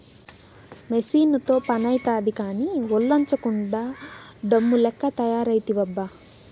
మెసీనుతో పనైతాది కానీ, ఒల్లోంచకుండా డమ్ము లెక్క తయారైతివబ్బా